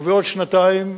ובעוד שנתיים,